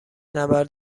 نبرد